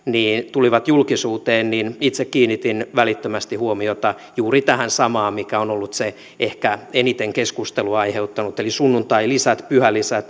tulivat julkisuuteen niin itse kiinnitin välittömästi huomiota juuri tähän samaan mikä on ollut se ehkä eniten keskustelua aiheuttanut eli sunnuntailisät pyhälisät